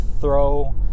throw